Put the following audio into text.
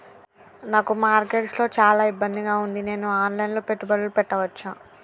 నాకు మార్కెట్స్ లో చాలా ఇబ్బందిగా ఉంది, నేను ఆన్ లైన్ లో పెట్టుబడులు పెట్టవచ్చా?